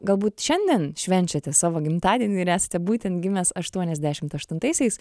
galbūt šiandien švenčiate savo gimtadienį ir esate būtent gimęs aštuoniasdešimt aštuntaisiais